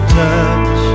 touch